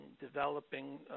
developing